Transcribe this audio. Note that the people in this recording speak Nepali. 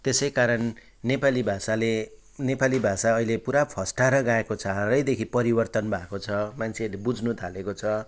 त्यसै कारण नेपाली भषाले नेपाली भाषा अहिले पुरा फस्टाएर गएको छ हालैदेखि परिवर्तन भएको छ मान्छेहरूले बुझ्नु थालेको छ